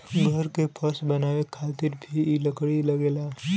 घर के फर्श बनावे खातिर भी इ लकड़ी लगेला